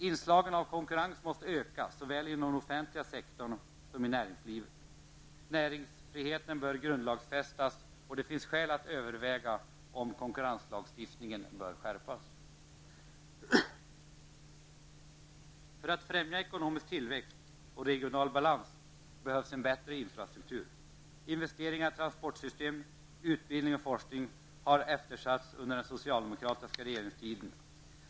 Inslagen av konkurrens måste öka såväl inom den offentliga sektorn som i näringslivet. Näringsfriheten bör grundlagsfästas, och det finns skäl att överväga om konkurrenslagstiftningen bör skärpas. För att främja ekonomisk tillväxt och regional balans behövs en bättre infrastruktur. Investeringar i transportsystem, utbildning och forskning har eftersatts under den socialdemokratiska regeringstiden.